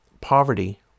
poverty